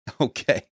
Okay